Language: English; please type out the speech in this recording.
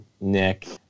Nick